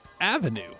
Avenue